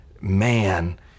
man